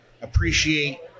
appreciate